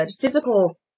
physical